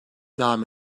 devam